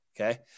okay